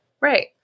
Right